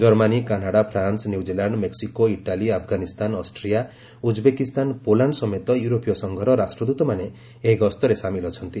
Germany Canada France New Zealand Mexico Italy Afghanistan Austria Uzbekistan Poland ସମେତ ୟୁରୋପୀୟ ସଂଘର ରାଷ୍ଟ୍ରଦୂତମାନେ ଏହି ଗସ୍ତରେ ସାମିଲ ଅଛନ୍ତି